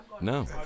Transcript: No